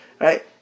right